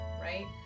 right